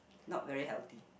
not very healthy